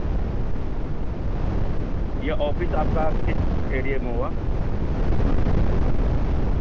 یہ آفس آپ کا کس اریے میں ہوا